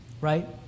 right